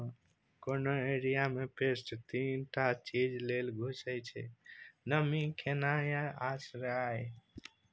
कोनो एरिया मे पेस्ट तीन टा चीज लेल घुसय छै नमी, खेनाइ आ आश्रय